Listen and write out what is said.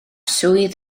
swydd